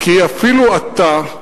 כי אפילו אתה,